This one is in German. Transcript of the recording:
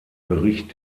bericht